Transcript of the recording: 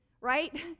right